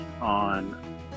on